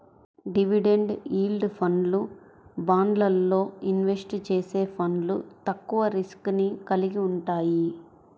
dividend yield ఫండ్లు, బాండ్లల్లో invest చేసే ఫండ్లు తక్కువ రిస్క్ ని కలిగి వుంటయ్యి